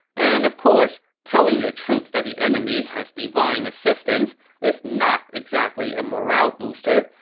and of course, telling your troops that the enemy has divine assistance is not exactly a morale booster,